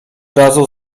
razu